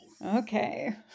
Okay